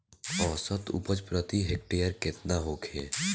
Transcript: औसत उपज प्रति हेक्टेयर केतना होखे?